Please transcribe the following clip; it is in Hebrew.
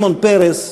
שמעון פרס,